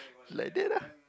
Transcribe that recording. let that lah